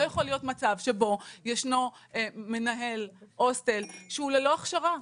לא יכול להיות מצב שבו ישנו מנהל הוסטל שהוא ללא הכשרה.